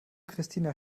christina